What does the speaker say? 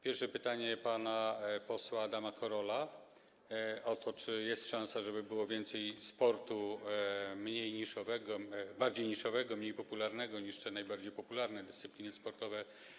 Pierwsze pytanie to pytanie pana posła Adama Korola o to, czy jest szansa, żeby było więcej sportu w TVP bardziej niszowego, mniej popularnego niż te najbardziej popularne dyscypliny sportowe.